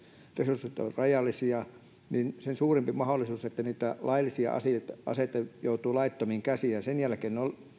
resurssit ovat rajallisia ja sen suurempi on mahdollisuus että niitä laillisia aseita joutuu laittomiin käsiin ja sen jälkeen ne ovat